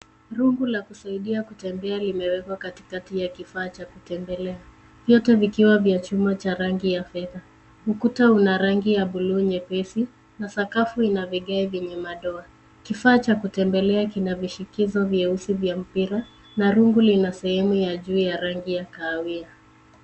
Rungu la kusaidia kutembea limewekwa katikati ya kifaa cha kutembelea vyote vikiwa vya chuma cha rangi ya fedha, ukuta una rangi ya buluu nyepesi na sakafu ina vigae vyenye madoa, kifaa cha kutembelea kina vishikizo vyeusi vya mpira na rungu lina sehemu ya juu ya rangi ya kahawia.